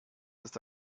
ist